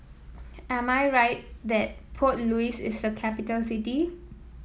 am I right that Port Louis is a capital city